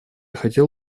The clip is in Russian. хотел